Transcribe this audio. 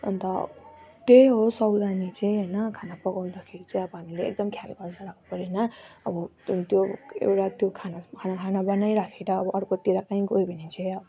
अन्त त्यही हो सावधानी चाहिँ होइन खाना पकाउँदाखेरि चाहिँ हामीले एकदम ख्याल गरेर राख्नु पर्यो होइन अब त्यो एउटा त्यो खाना खाना बनाइराखेर अब अर्कोतिर कहीँ गयो भने चाहिँ अब